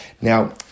Now